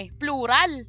plural